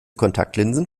kontaktlinsen